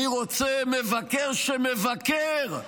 אני רוצה מבקר שמבקר,